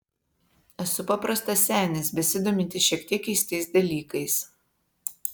esu paprastas senis besidomintis šiek tiek keistais dalykais